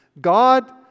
God